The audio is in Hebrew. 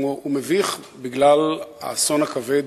הוא מביך בגלל האסון הכבד